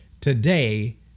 today